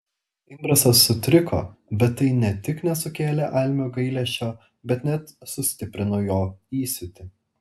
imbrasas suriko bet tai ne tik nesukėlė almio gailesčio bet net sustiprino jo įsiūtį